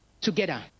together